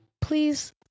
please